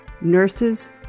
nurses